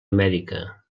amèrica